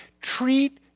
treat